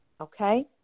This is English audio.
okay